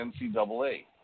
NCAA